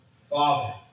Father